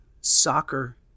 soccer